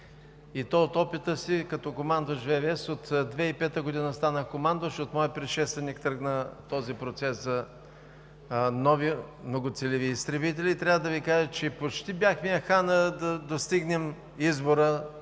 и то от опита си като командващ ВВС. От 2005 г. станах командващ и от моя предшественик тръгна този процес за нови многоцелеви изтребители. Трябва да Ви кажа, че почти, аха да достигнем избора,